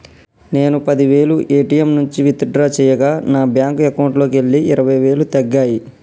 నేను పది వేలు ఏ.టీ.యం నుంచి విత్ డ్రా చేయగా నా బ్యేంకు అకౌంట్లోకెళ్ళి ఇరవై వేలు తగ్గాయి